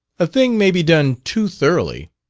a thing may be done too thoroughly.